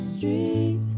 Street